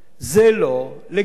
זה לא לגיטימי.